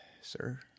sir